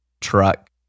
truck